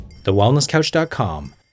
TheWellnessCouch.com